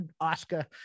oscar